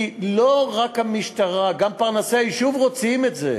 כי לא רק המשטרה, גם פרנסי היישוב רוצים את זה.